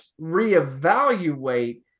reevaluate